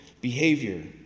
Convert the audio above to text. behavior